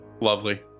Lovely